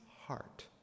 heart